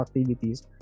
activities